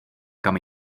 kam